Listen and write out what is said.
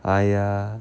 !aiya!